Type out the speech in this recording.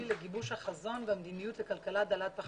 לגיבוש החזון ומדיניות הכלכלה דלת פחמן.